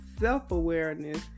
self-awareness